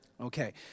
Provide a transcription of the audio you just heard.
Okay